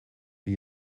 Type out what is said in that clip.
wie